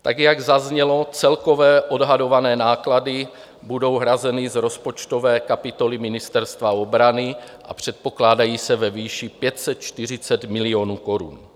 Tak jak zaznělo, celkové odhadované náklady budou hrazeny z rozpočtové kapitoly Ministerstva obrany a předpokládají se ve výši 540 milionů korun.